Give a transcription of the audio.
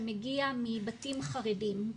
שמגיע מבתים חרדיים.